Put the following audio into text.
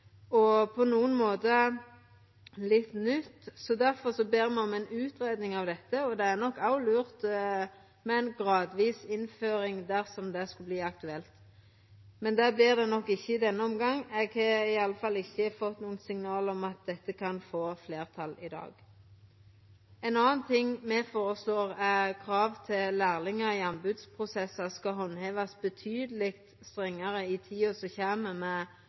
På nokre måtar er det litt nytt. Difor ber me om ei utgreiing av dette. Det er nok òg lurt med ei gradvis innføring dersom det skulle verta aktuelt. Men det vert det nok ikkje i denne omgangen. Eg har iallfall ikkje fått nokon signal om at dette kan få fleirtal i dag. Noko anna vi føreslår, er at krav til lærlingar i anbodsprosessar skal handhevast mykje strengare i tida som kjem, med